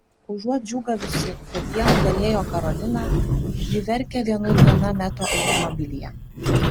užuot džiūgavusi kad jie nugalėjo karoliną ji verkia vienui viena meto automobilyje